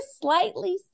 slightly